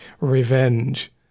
revenge